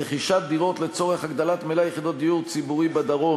רכישת דירות לצורך הגדלת מלאי יחידות דיור ציבורי בדרום,